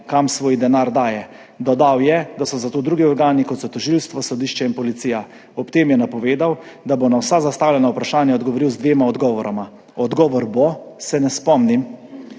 daje svoj denar, dodal je, da so za to drugi organi, kot so tožilstvo, sodišče in policija. Ob tem je napovedal, da bo na vsa zastavljena vprašanja odgovoril z dvema odgovoroma: »Odgovor bo, se ne spomnim,